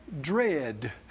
dread